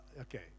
okay